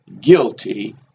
Guilty